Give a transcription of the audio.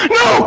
no